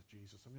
Jesus